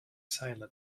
silently